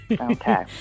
Okay